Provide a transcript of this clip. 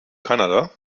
kanada